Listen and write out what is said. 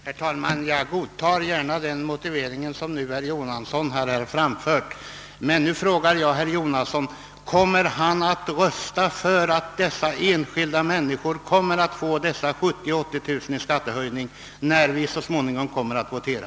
Herr talman! Jag godtar gärna den motivering som herr Jonasson nu har anfört. Jag vill emellertid fråga herr Jonasson om han kommer att rösta för att dessa enskilda människor får en skattehöjning på 70 000—380 000 kronor, när vi så småningom kommer att votera.